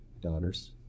daughters